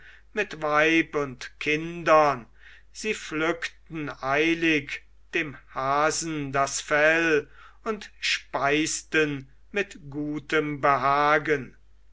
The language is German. mit weib und kindern sie pflückten eilig dem hasen das fell und speisten mit gutem behagen